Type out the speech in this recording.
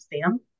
Sam